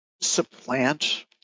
supplant